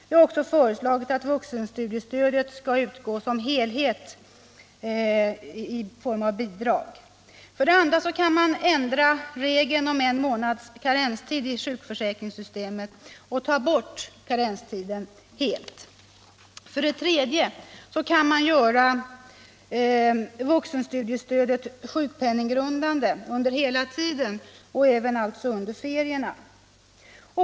Vi har också föreslagit att vuxenstudiestödet som helhet skall utgå i form av bidrag. För det andra kan man ändra regeln om en månads karenstid i sjukförsäkringssystemet och ta bort karenstiden helt. För det tredje kan man göra vuxenstudiestödet sjukpenninggrundande under hela tiden, även under ferierna.